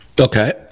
Okay